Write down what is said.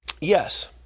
yes